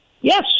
Yes